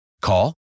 Call